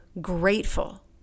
grateful